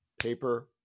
paper